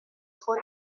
خود